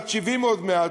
בת 70 עוד מעט,